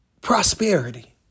prosperity